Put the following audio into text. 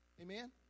Amen